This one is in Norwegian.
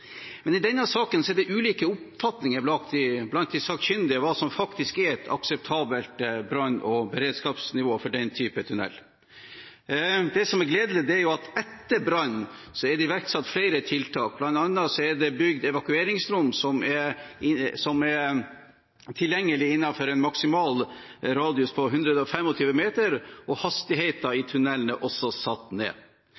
Men i denne saken er det ulike oppfatninger blant de sakkyndige om hva som faktisk er et akseptabelt brann- og beredskapsnivå for den type tunnel. Det som er gledelig, er at etter brannen er det iverksatt flere tiltak, bl.a. er det bygd evakueringsrom som er tilgjengelige innenfor en maksimal radius på 125 m, og hastigheten i tunnelen er også satt ned. Dette er gjort i